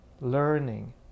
learning